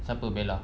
siapa bella